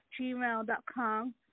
gmail.com